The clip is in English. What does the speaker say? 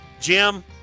Jim